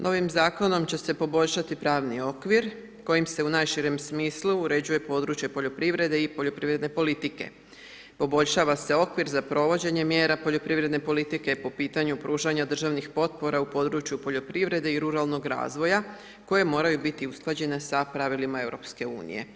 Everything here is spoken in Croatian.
Novim zakonom će se poboljšati pravni okvir kojim se u najširem smislu uređuje područje poljoprivrede i poljoprivredne politike, poboljšava se okvir za provođenje mjera poljoprivredne politike po pitanju pružanja državnih potpora u području poljoprivrede i ruralnog razvoja koje moraju biti usklađene sa pravilima EU.